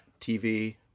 TV